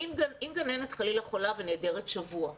אם גננת חלילה חולה ונעדרת שבוע,